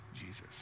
Jesus